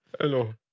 hello